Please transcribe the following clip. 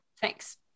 Thanks